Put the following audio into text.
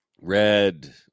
Red